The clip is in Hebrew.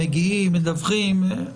מגיעים ומדווחים.